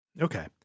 Okay